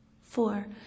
Four